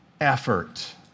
effort